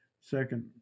second